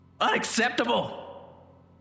Unacceptable